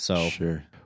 Sure